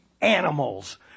animals